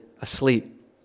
asleep